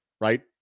right